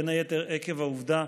בין היתר עקב העובדה